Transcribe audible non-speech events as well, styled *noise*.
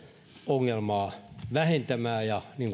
ongelmaa vähentämään ja niin *unintelligible*